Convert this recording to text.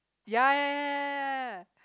ya ya ya ya ya